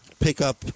pickup